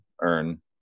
earn